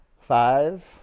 Five